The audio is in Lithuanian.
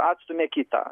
atstumia kitą